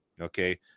okay